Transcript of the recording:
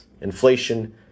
inflation